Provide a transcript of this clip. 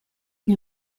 gli